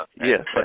yes